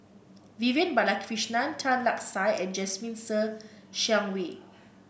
Vivian Balakrishnan Tan Lark Sye and Jasmine Ser Xiang Wei